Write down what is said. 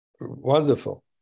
Wonderful